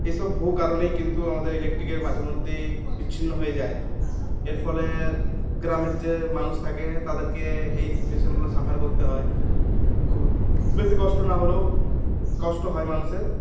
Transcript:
এইসব বহু কারণেই কিন্তু আমাদের ইলেকট্রিকের মাঝে মধ্যেই বিচ্ছিন্ন হয়ে যায় এর ফলে গ্রামের যে মানুষ থাকে তাদেরকে এই সিচুয়েশনগুলো সাফার করতে হয় খু খুব বেশি কষ্ট না হলেও কষ্ট হয় মানুষের